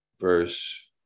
verse